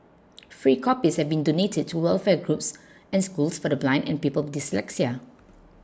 free copies have been donated to welfare groups and schools for the blind and people with dyslexia